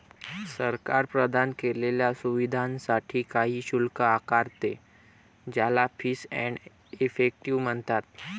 सरकार प्रदान केलेल्या सुविधांसाठी काही शुल्क आकारते, ज्याला फीस एंड इफेक्टिव म्हणतात